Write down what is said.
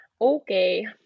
Okay